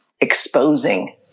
exposing